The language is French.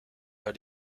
pas